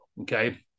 okay